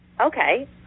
Okay